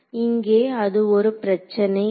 இங்கே அது ஒரு பிரச்சனை இல்லை